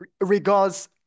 regards